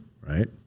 right